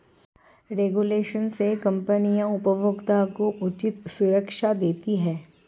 regulation से company उपभोक्ता को उचित सुरक्षा देती है